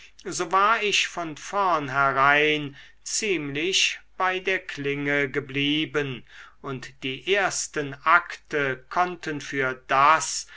so war ich von vornherein ziemlich bei der klinge geblieben und die ersten akte konnten für das